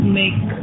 make